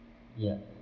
ya